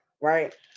Right